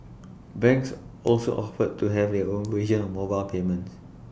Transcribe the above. banks also offered to have their own version of mobile payments